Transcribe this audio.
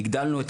אז